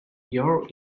your